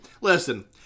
listen